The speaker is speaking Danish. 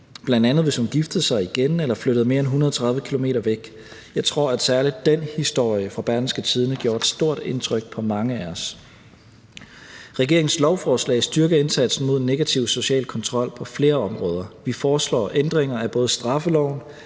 børn, bl.a. hvis hun giftede sig igen eller flyttede mere end 130 km væk. Jeg tror, at særlig den historie fra Berlingske gjorde et stort indtryk på mange af os. Regeringens lovforslag styrker indsatsen mod den negative sociale kontrol på flere områder. Vi foreslår ændringer af både straffeloven,